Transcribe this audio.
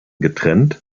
getrennt